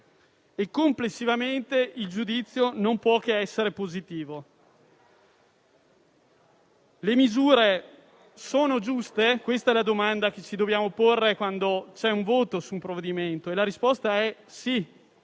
Complessivamente il giudizio non può che essere positivo. Le misure sono giuste? Questa è la domanda che ci dobbiamo porre quando si esprime un voto su un provvedimento. La risposta è che